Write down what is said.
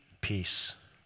peace